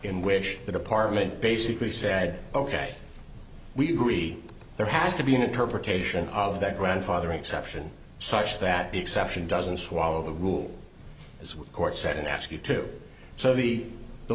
in wish that apartment basically said ok we agree there has to be an interpretation of that grandfather exception such that the exception doesn't swallow the rule as court said and ask you to so the the